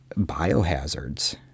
biohazards